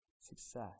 Success